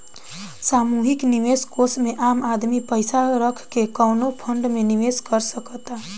सामूहिक निवेश कोष में आम आदमी पइसा रख के कवनो फंड में निवेश कर सकता